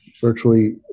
virtually